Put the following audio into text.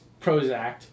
prozac